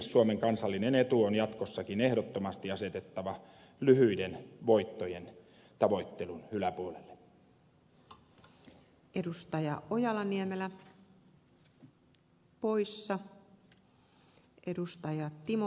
suomen kansallinen etu on jatkossakin ehdottomasti asetettava lyhyiden voittojen tavoittelun yläpuolelle